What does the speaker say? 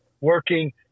working